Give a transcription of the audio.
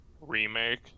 remake